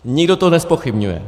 Nikdo to nezpochybňuje.